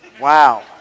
Wow